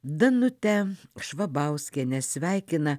danutę švabauskienę sveikina